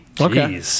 okay